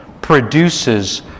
produces